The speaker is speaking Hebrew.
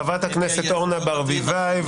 חברת הכנסת אורנה ברביבאי,